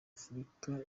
afurika